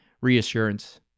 reassurance